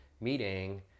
meeting